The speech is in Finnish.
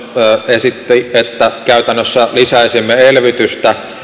esitti että käytännössä lisäisimme elvytystä